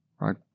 right